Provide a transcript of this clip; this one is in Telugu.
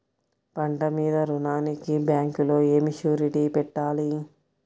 పంట మీద రుణానికి బ్యాంకులో ఏమి షూరిటీ పెట్టాలి?